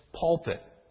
pulpit